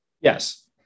Yes